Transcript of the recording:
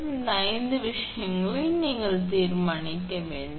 எனவே இந்த ஐந்து விஷயங்களை நீங்கள் தீர்மானிக்க வேண்டும்